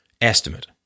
estimate